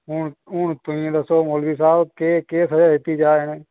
हून केईं लोकें मौलवी साहब केह् सज़ा दित्ती जा इनेंगी